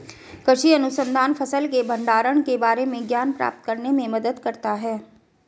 कृषि अनुसंधान फसल के भंडारण के बारे में ज्ञान प्राप्त करने में मदद करता है